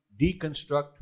deconstruct